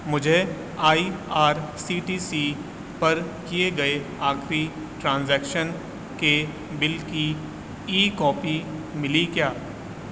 مجھے I R C T C پر کیے گئے آخری ٹرانزیکشن کے بل کی ای کاپی ملی کیا